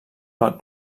pel